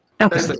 Okay